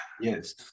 Yes